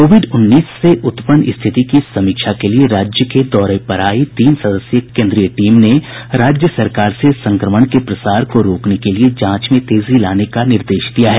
Covid उन्नीस से उत्पन्न स्थिति की समीक्षा के लिए राज्य के दौरे पर आयी तीन सदस्यीय केन्द्रीय टीम ने राज्य सरकार से संक्रमण के प्रसार को रोकने के लिए जांच में तेजी लाने का निर्देश दिया है